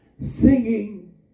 singing